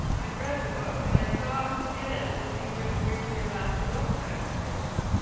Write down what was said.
i'd read the book and i saw in it that he'd written briefly about the wilkes expedition.